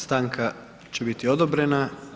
Stanka će biti odobrena.